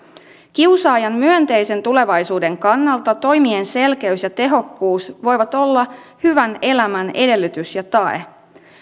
kiusaajan myönteisen tulevaisuuden kannalta toimien selkeys ja tehokkuus voivat olla hyvän elämän edellytys ja tae